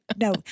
No